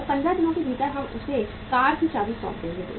और 15 दिनों के भीतर हम उसे कार की चाबी सौंप देंगे